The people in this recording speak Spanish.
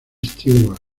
stewart